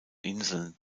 inseln